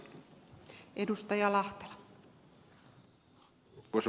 arvoisa puhemies